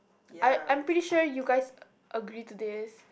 I I'm pretty sure you guys agree to this